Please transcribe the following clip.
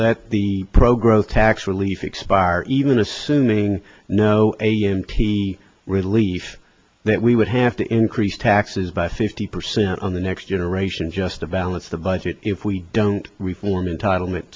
let the pro growth tax relief expire even assuming no a m t relief that we would have to increase taxes by fifty percent on the next generation just a valance the budget if we don't reform entitlement